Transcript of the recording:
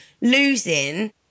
losing